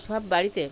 সব বাড়িতে